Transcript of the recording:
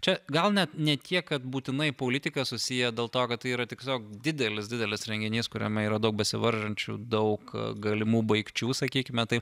čia gal net ne tiek kad būtinai politika susiję dėl to kad tai yra tiesiog didelis didelis renginys kuriame yra daug besivaržančių daug galimų baigčių sakykime taip